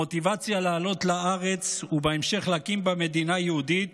המוטיבציה לעלות לארץ ובהמשך להקים בה מדינה יהודית